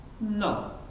No